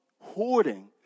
hoarding